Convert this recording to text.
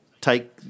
take